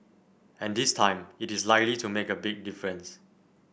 and this time it is likely to make a big difference